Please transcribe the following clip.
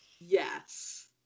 yes